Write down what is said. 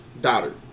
daughter